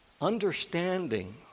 Understanding